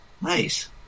Nice